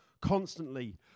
constantly